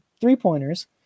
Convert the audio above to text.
three-pointers